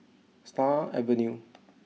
Stars Avenue